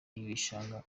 ibishanga